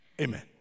Amen